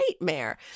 nightmare